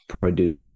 produce